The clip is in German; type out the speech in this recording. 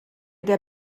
der